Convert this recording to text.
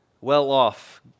well-off